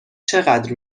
چقدر